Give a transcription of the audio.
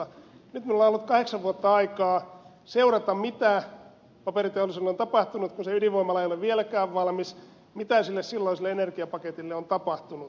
nyt minulla on ollut kahdeksan vuotta aikaa seurata mitä paperiteollisuudelle on tapahtunut kun se ydinvoimala ei ole vieläkään valmis mitä sille silloiselle energiapaketille on tapahtunut